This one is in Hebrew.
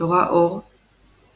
תורה אור –